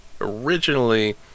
originally